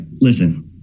Listen